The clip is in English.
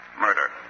Murder